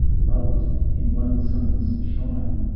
loved in one sun's shine,